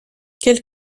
quelle